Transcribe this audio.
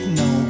no